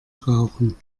rauchen